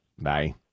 Bye